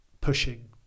pushing